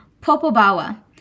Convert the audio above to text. Popobawa